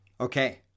Okay